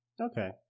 Okay